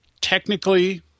technically